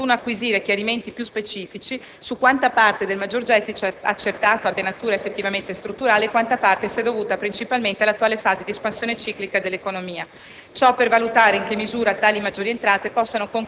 Al riguardo, si sottolinea che appare opportuno acquisire chiarimenti più specifici su quanta parte del maggiore gettito accertato abbia natura strutturale e quanta parte sia dovuta principalmente all'attuale fase di espansione ciclica dell'economia.